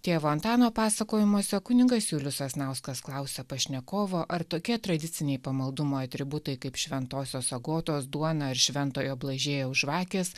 tėvo antano pasakojimuose kunigas julius sasnauskas klausia pašnekovo ar tokie tradiciniai pamaldumo atributai kaip šventosios agotos duona ar šventojo blažiejaus žvakės